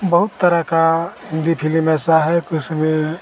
बहुत तरह की हिन्दी फिलिम ऐसी है कि इसमें